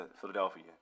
Philadelphia